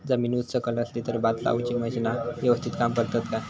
जमीन उच सकल असली तर भात लाऊची मशीना यवस्तीत काम करतत काय?